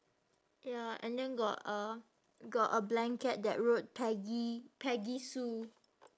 ya and then got a got a blanket that wrote peggy peggy sue